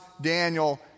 Daniel